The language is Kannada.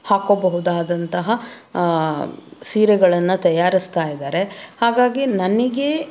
ಹಾಕ್ಕೋಬಹುದಾದಂತಹ ಸೀರೆಗಳನ್ನು ತಯಾರಿಸ್ತಾ ಇದ್ದಾರೆ ಹಾಗಾಗಿ ನನಗೆ